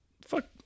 Fuck